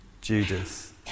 Judas